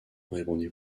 répondit